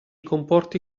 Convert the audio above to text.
comporti